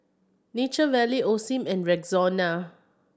Nature Valley Osim and Rexona